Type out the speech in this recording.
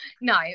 No